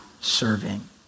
serving